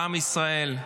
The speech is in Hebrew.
בעם ישראל.